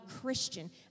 Christian